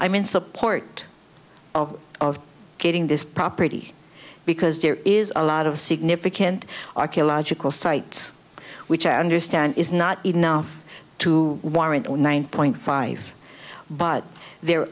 mean support of getting this property because there is a lot of significant archeological sites which i understand is not enough to warrant on one point five but there